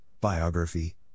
Biography